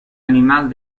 animal